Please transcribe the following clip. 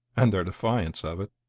and their defiance of it.